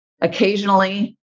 occasionally